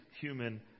human